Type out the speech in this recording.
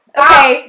okay